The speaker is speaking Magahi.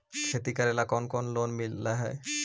खेती करेला कौन कौन लोन मिल हइ?